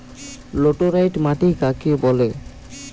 Laterite মাটি কাকে বলে?